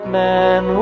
man